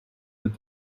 with